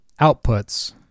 outputs